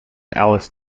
alice